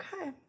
Okay